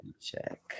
Check